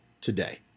today